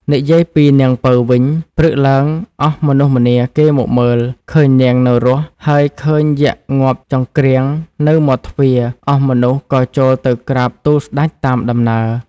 និយាយពី នាងពៅវិញ ព្រឹកឡើងអស់មនុស្សម្នាគេមកមើល ឃើញនាងនៅរស់ ហើយឃើញយក្ខងាប់ចង្គ្រាងនៅមាត់ទ្វារ អស់មនុស្ស ក៏ចូលទៅក្រាបទូលស្តេចតាមដំណើរ។